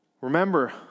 Remember